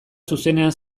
zuzenean